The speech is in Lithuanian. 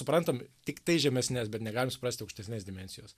suprantam tiktai žemesnes bet negalim suprasti aukštesnės dimensijos